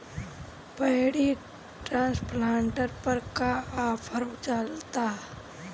Paddy transplanter पर का offer चलता?